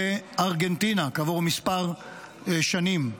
לארגנטינה, כעבור כמה שנים.